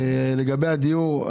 לגבי הדיור,